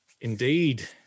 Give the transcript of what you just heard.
Indeed